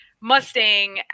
Mustang